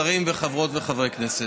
שרים וחברות וחברי כנסת,